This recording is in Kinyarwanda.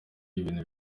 ibintu